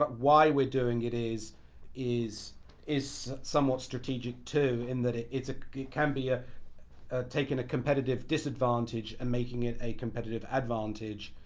but why were doing it is is is somewhat strategic too in that it ah can be a taking a competitive disadvantage and making it a competitive advantage.